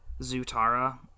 Zutara